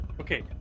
okay